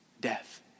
death